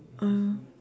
!aiyo!